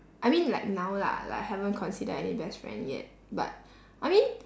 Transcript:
I mean like now lah like haven't considered any best friend yet but I mean